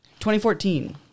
2014